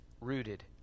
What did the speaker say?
Rooted